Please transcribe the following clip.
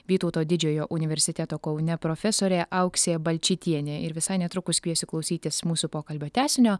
vytauto didžiojo universiteto kaune profesorė auksė balčytienė ir visai netrukus kviesiu klausytis mūsų pokalbio tęsinio